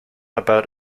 about